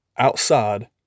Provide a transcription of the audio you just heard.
outside